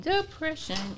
depression